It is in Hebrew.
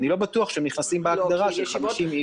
ואני לא בטוח שהם נכנסים בהגדרה של 50 איש.